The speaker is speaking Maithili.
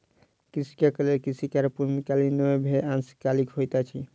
कृषक लेल कृषि कार्य पूर्णकालीक नै भअ के अंशकालिक होइत अछि